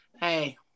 Hey